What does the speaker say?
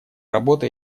работы